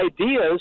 ideas